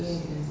it's